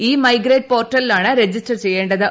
E migrate പോർട്ടലിലാണ് register ചെയ്യേണ്ടത്